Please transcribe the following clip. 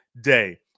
day